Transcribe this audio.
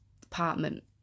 department